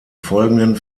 folgenden